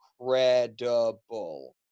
incredible